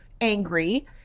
angry